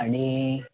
आणि